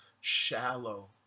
shallow